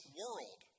world